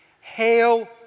Hail